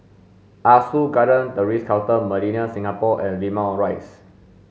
Ah Soo Garden The Ritz Carlton Millenia Singapore and Limau Rise